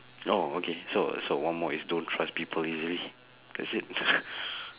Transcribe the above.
no okay so so one more is don't trust people easily is it